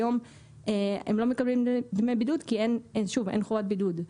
היום הם לא מקבלים דמי בידוד כי אין חובת בידוד.